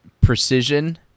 precision